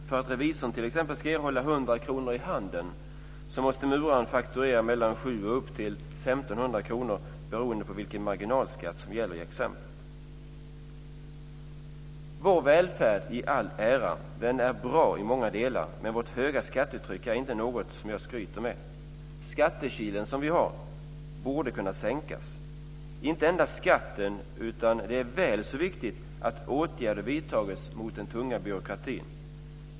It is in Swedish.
För att revisorn ska erhålla 100 kr i handen måste muraren fakturera från Vår välfärd i all ära. Den är bra i många delar. Men vårt höga skattetryck är inte något jag skryter med. Skattekilen som vi har borde kunna sänkas. Det gäller inte endast skatten. Det är väl så viktigt att åtgärder vidtas mot den tunga byråkratin.